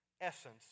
essence